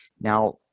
now